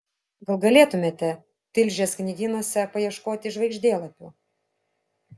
gal galėtumėte tilžės knygynuose paieškoti žvaigždėlapių